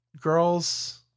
girls